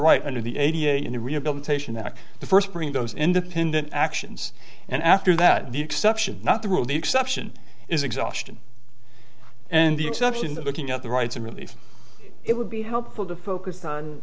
right under the a b a in the rehabilitation that the first bring those independent actions and after that the exception not the rule the exception is exhaustion and the exception the looking at the rights and relief it would be helpful to focus on